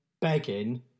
begging